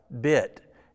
bit